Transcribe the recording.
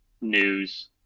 news